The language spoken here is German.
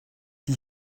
die